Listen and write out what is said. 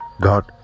God